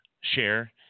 share